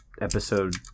episode